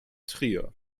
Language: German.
trier